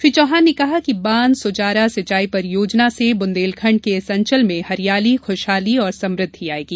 श्री चौहान ने कहा कि बान सुजारा सिंचाई परियोजना से बुन्देलखंड के इस अंचल में हरियाली खुशहाली और समृद्धि आयेगी